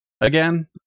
Again